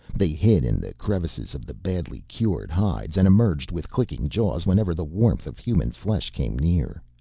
they hid in the crevices of the badly cured hides and emerged with clicking jaws whenever the warmth of human flesh came near.